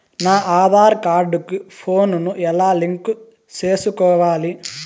నా ఆధార్ కార్డు కు ఫోను ను ఎలా లింకు సేసుకోవాలి?